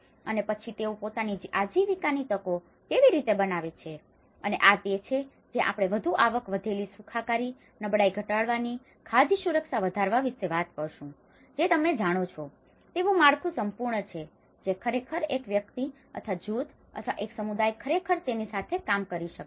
અને પછી તેઓ પોતાની આજીવિકાની તકો કેવી રીતે બનાવે છે અને આ તે છે જ્યાં આપણે વધુ આવક વધેલી સુખાકારી નબળાઈ ઘટાડવાની ખાદ્ય સુરક્ષા વધારવા વિશે વાત કરીશું જે તમે જાણો છો તેવું માળખું સંપૂર્ણ છે જે ખરેખર એક વ્યક્તિ અથવા જૂથ અથવા એક સમુદાય ખરેખર તેની સાથે કામ કરી શકે છે